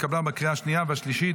התקבלה בקריאה השנייה והשלישית,